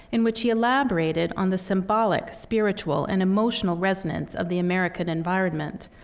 in which he elaborated on the symbolic, spiritual, and emotional resonance of the american environment.